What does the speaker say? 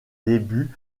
débuts